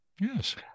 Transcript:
Yes